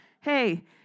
hey